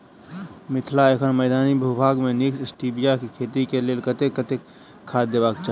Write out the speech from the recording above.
मिथिला एखन मैदानी भूभाग मे नीक स्टीबिया केँ खेती केँ लेल कतेक कतेक खाद देबाक चाहि?